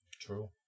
True